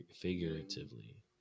Figuratively